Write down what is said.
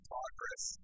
Progress